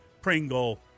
Pringle